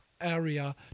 area